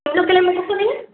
எவ்வளோ கிலோமீட்டர் சொன்னீங்க